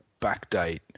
backdate